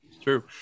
true